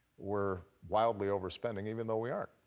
we're wildly overspending even though we aren't.